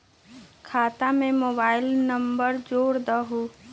खाता में mobile number जोड़ दहु?